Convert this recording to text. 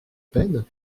peine